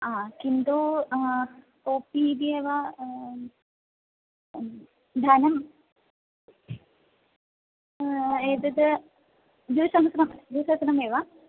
हा किन्तु कोपि इति एव धनं एतत् द्विसहस्रं द्विसहस्रमेव